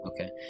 okay